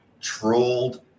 trolled